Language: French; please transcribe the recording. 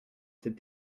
cet